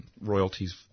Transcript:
royalties